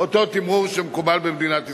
אותו תמרור שמקובל במדינת ישראל.